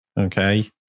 Okay